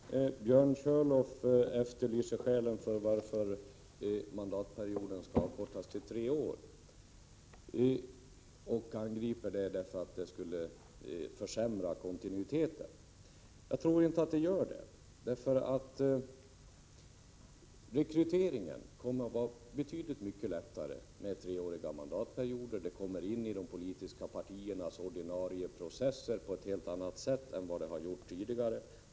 Herr talman! Björn Körlof efterlyser skälen till att mandatperioden skall förkortas till tre år. Han angriper förslaget för att det skulle innebära en försämrad kontinuitet. Jag tror inte det, eftersom treåriga mandatperioder leder till att rekryteringen kommer att gå betydligt mycket lättare. Det här kommer in i de politiska partiernas ordinarie processer på ett helt annat sätt än tidigare.